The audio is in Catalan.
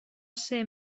ser